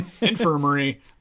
infirmary